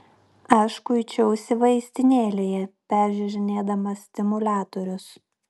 aš kuičiausi vaistinėlėje peržiūrinėdamas stimuliatorius